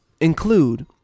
include